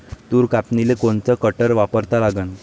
तूर कापनीले कोनचं कटर वापरा लागन?